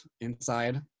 inside